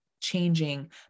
changing